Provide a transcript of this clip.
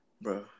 Bro